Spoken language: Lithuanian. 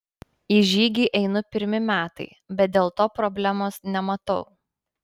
į žygį einu pirmi metai bet dėl to problemos nematau